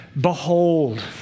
behold